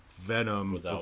Venom